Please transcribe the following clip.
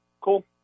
Cool